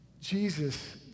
Jesus